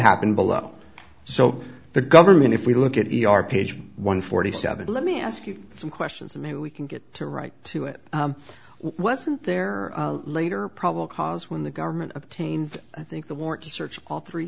happened below so the government if we look at page one forty seven let me ask you some questions and maybe we can get to right to it wasn't there later probable cause when the government obtained i think the warrant to search all three